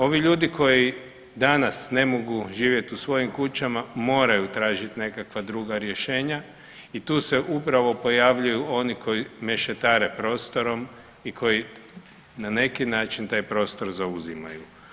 Ovi ljudi koji danas ne mogu živjeti u svojim kućama, moraju tražiti nekakva druga rješenja i tu se upravo pojavljuju oni koji mešetare prostorom i koji na neki način taj prostor zauzimaju.